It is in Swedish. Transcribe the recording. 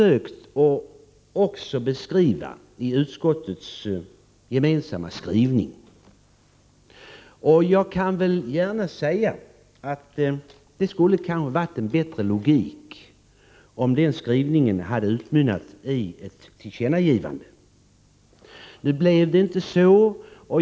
Det har vi redovisat i utskottets gemensamma skrivning. Jag kan gärna medge att det skulle ha varit mera logik i skrivningen om den utmynnat i ett förslag om tillkännagivande. Nu blev det inte så.